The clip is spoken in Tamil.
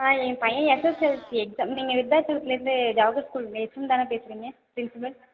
ஆ என் பையன் எஸ்எஸ்எல்சி எக்ஸாம் நீங்கள் விருதாச்சலத்துலேருந்து ஜவஹர் ஸ்கூல் நீங்கள் ஹெச்எம் தானே பேசுகிறீங்க ப்ரின்ஸிபல்